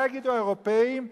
מה יגידו האירופים?